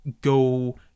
go